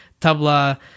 Tabla